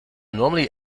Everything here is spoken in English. normally